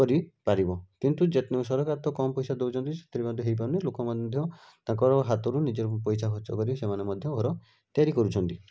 କରିପାରିବ କିନ୍ତୁ ଯେ ସରକାର ତ କମ୍ ପଇସା ଦଉଚନ୍ତି ସେଥିରେ ମଧ୍ୟ ହେଇପାରୁନି ଲୋକ ମଧ୍ୟ ତାଙ୍କର ହାତରୁ ନିଜେ ପଇସା ଖର୍ଚ୍ଚ କରି ସେମାନେ ମଧ୍ୟ ଘର ତିଆରି କରୁଛନ୍ତି